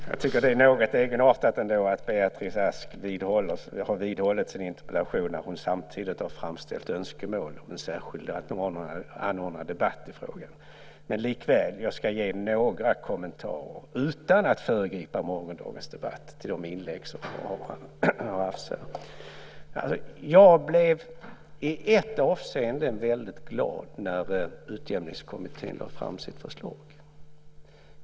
Herr talman! Jag tycker att det är något egenartat att Beatrice Ask har vidhållit sin interpellation när hon samtidigt har framställt önskemål om en särskilt anordnad debatt i frågan. Likväl ska jag ge några kommentarer, utan att föregripa morgondagens debatt, till de inlägg som har hållits här. Jag blev i ett avseende väldigt glad när Utjämningskommittén lade fram sitt förslag.